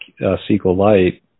SQLite